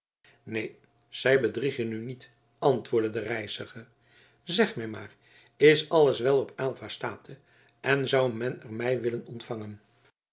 neen zij bedriegen u niet antwoordde de reiziger zeg mij maar is alles wel op aylva state en zou men er mij willen ontvangen